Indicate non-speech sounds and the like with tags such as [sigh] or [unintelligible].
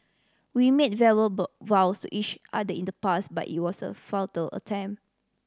we made [unintelligible] vows [unintelligible] each other in the past but it was a futile attempt